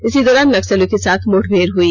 इसी दौरान नक्सलियों के साथ मुठभेड़ हुई